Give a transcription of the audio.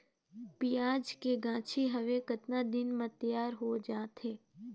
पियाज के गाछी हवे कतना दिन म तैयार हों जा थे?